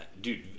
Dude